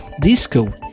Disco